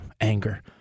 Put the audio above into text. Anger